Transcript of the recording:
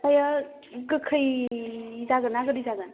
आमफायो गोखै जागोनना गोदै जागोन